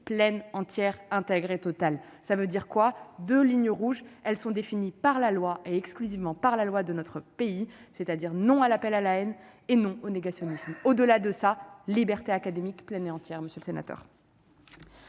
pleine et entière intégrée totale, ça veut dire quoi, 2 lignes rouges : elles sont définies par la loi et exclusivement par la loi de notre pays, c'est à dire non à l'appel à la haine et non au négationnisme au-delà de ça, liberté académique pleine et entière, monsieur le sénateur.